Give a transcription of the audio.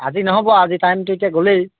আজি নহ'ব আৰু আজি টাইমটো এতিয়া গ'লেই